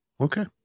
Okay